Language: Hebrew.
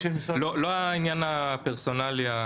לא העניין הפרסונלי.